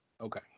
Okay